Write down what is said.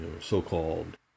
so-called